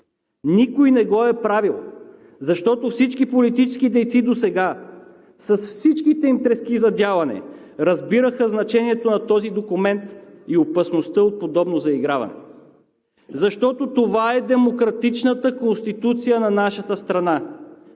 Никой не го е правил, защото всички политически дейци, с всичките им трески за дялане, досега разбираха значението на този документ и опасността от подобно заиграване. Това е демократичната Конституция на нашата страна,